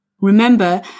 Remember